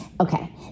Okay